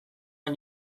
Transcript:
ari